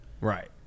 Right